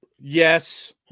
Yes